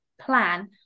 plan